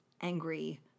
angry